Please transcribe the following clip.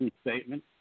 statement